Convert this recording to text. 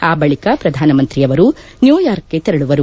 ಆ ಬಳಿಕ ಪ್ರಧಾನಮಂತ್ರಿಯವರು ನ್ನೂಯಾರ್ಕ್ಗೆ ತೆರಳುವರು